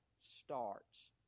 starts